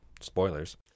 Spoilers